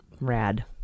rad